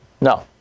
No